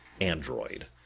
Android